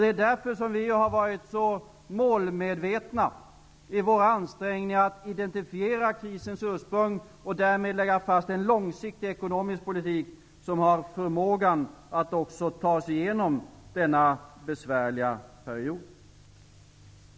Det är därför som vi har varit så målmedvetna i våra ansträngningar att identifiera krisens ursprung och därmed lägga fast en långsiktig ekonomisk politik som har förmågan att också ta oss igenom denna besvärliga period.